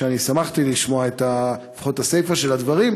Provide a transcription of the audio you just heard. אני שמחתי לשמוע לפחות את הסיפה של הדברים,